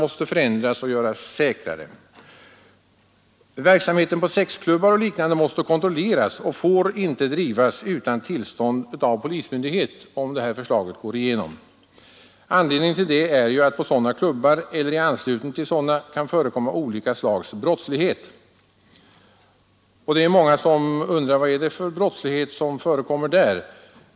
Också penningtransporterna äkrare. Verksamheten på sexklubbar och poseringsateljéer måste kontrolleras och får inte bedrivas utan tillstånd av polismyndighet, om det här förslaget går igenom. Anledningen därtill är att det på sådana klubbar eller i anslutning till dem kan förekomma olika slags brottslighet. Många undrar vad det är för brottslighet som förekommer där.